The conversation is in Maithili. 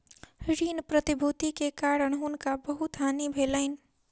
ऋण प्रतिभूति के कारण हुनका बहुत हानि भेलैन